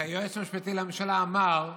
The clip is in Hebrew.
כי היועץ המשפטי לממשלה אמר שאי-אפשר,